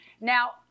Now